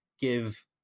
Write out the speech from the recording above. give